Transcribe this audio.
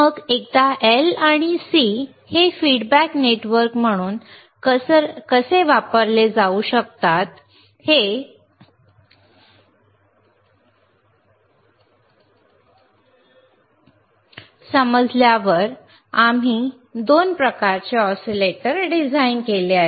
मग एकदा L आणि C हे फीडबॅक नेटवर्क म्हणून कसे वापरले जाऊ शकतात हे समजल्यावर आम्ही 2 प्रकारचे ऑसिलेटर डिझाइन केले आहेत